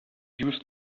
use